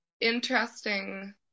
interesting